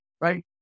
right